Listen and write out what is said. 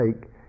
take